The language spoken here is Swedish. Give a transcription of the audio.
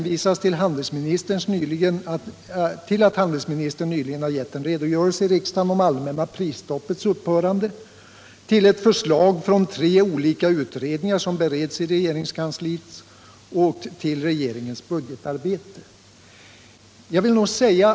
Vidare hänvisas till att handelsministern nyligen gett en redogörelse i riksdagen för det allmänna prisstoppets upphörande, till förslag från tre olika utredningar som bereds i regeringskansliet och till regeringens budgetarbete.